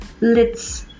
lets